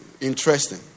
interesting